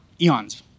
eons